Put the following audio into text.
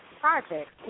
project